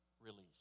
release